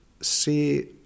see